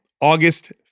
August